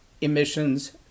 emissions